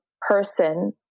person